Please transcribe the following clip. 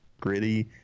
gritty